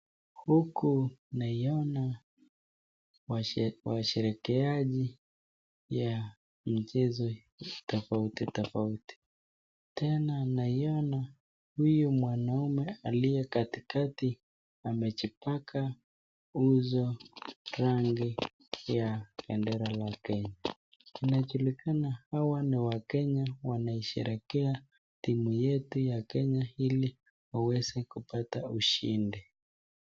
Huku naiona washerekeaji ya mchezo tofautitofauti, tena naiona huyu mwanaume aliyekatikati amejipaka uso rangi ya bendera la Kenya tunajulikana hawa ni wakenya wanaisherekea timu yetu ya Kenya ili waweze kupata ushindi.